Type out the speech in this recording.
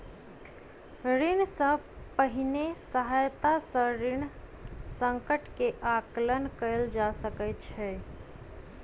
ऋण सॅ पहिने सहायता सॅ ऋण संकट के आंकलन कयल जा सकै छै